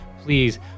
please